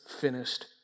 finished